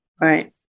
Right